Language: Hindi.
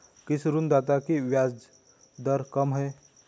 किस ऋणदाता की ब्याज दर कम है?